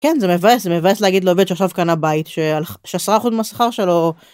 כן זה מבאס, מבאס להגיד לעובד שעכשיו קנה בית שעשרה אחוז מהשכר שלו.